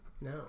No